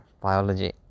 biology